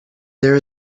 there